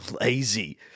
lazy